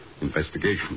Investigation